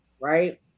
right